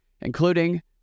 including